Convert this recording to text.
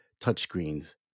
touchscreens